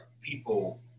people